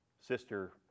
Sister